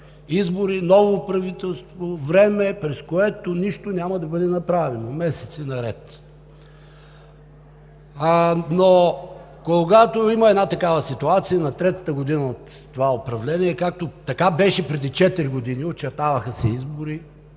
избори, ново правителство – време, през което нищо няма да бъде направено, месеци наред. Когато има такава ситуация, на третата година от това управление, така беше преди четири години – очертаваха се извънредни